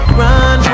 run